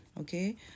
Okay